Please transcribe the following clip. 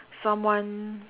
someone